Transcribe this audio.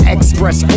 Express